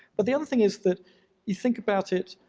but the other thing is that you think about it